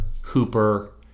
Hooper